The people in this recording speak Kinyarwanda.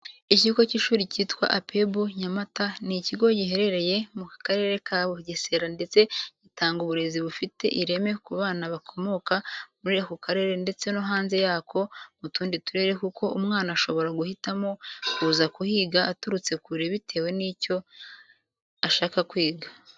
Ikigo cy'ishuri cyitwa APEBU NYAMATA ni ikigo giherereye mu Karere ka Bugesera ndetse gitanga uburezi bufite ireme ku bana bakomoka muri ako karere ndetse no hanze yako mu tundi turere kuko umwana ashobora guhitamo kuza kuhiga aturutse kure bitewe n'icyo shaka kwiga.